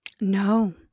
No